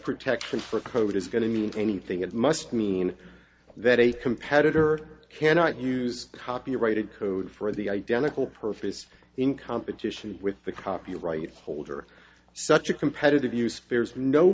protection for code is going to mean anything it must mean that a competitor cannot use copyrighted code for the identical purpose in competition with the copyright holder such a competitive use fares no